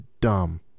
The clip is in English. dumb